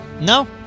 No